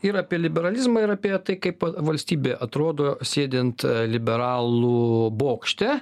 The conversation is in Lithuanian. ir apie liberalizmą ir apie tai kaip valstybė atrodo sėdint liberalų bokšte